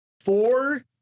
four